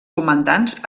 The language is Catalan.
comandants